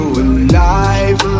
alive